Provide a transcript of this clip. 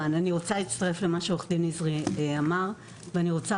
אני רוצה להצטרף למה שעורך דין נזרי אמר ואני רוצה